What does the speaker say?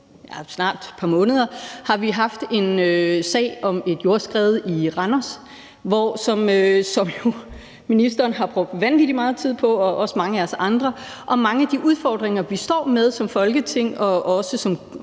snart et par måneder, har vi haft en sag om et jordskred i Randers, som ministeren og også mange af os andre har brugt vanvittig meget tid på. Og mange af de udfordringer, vi står med som Folketing, og som